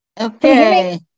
Okay